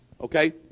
Okay